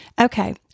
Okay